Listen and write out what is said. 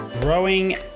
Growing